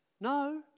no